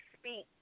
speak